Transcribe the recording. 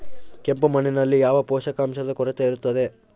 ಕೆಂಪು ಮಣ್ಣಿನಲ್ಲಿ ಯಾವ ಪೋಷಕಾಂಶದ ಕೊರತೆ ಇರುತ್ತದೆ?